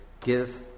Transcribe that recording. give